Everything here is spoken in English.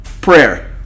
Prayer